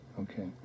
Okay